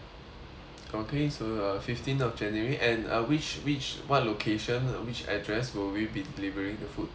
okay so uh fifteen of january and uh which which what location uh which address will we be delivering the food to